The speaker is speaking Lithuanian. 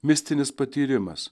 mistinis patyrimas